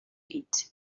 eat